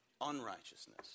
unrighteousness